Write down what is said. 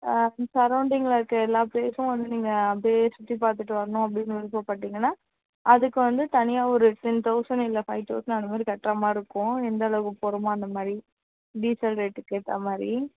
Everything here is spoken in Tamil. ஆ சரவுண்டிங்கில் இருக்கிற எல்லா பிளேஸும் வந்து நீங்கள் அப்படியே சுற்றி பார்த்துட்டு வரணும் அப்படின்னு விருப்பப்பட்டீங்கன்னா அதுக்கு வந்து தனியாக ஒரு டென் தௌசண்ட் இல்லை ஃபைவ் தௌசண்ட் அந்தமாதிரி கட்டுகிற மாதிரி இருக்கும் எந்த அளவு போகிறோமோ அந்தமாதிரி டீசல் ரேட்டுக்கு ஏற்ற மாதிரி